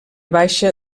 baixa